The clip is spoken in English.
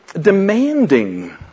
demanding